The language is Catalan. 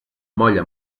molla